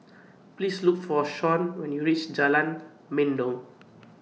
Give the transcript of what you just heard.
Please Look For Shawn when YOU REACH Jalan Mendong